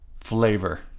flavor